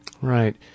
Right